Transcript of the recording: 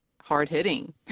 hard-hitting